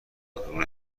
العبور